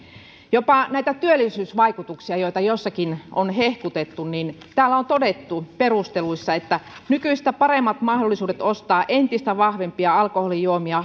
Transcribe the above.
jopa näistä työllisyysvaikutuksista joita jossakin on hehkutettu täällä on perusteluissa todettu että nykyistä paremmat mahdollisuudet ostaa entistä vahvempia alkoholijuomia